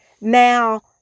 Now